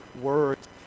words